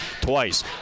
twice